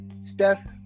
Steph